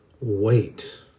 Wait